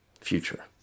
future